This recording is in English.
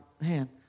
man